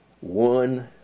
One